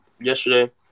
yesterday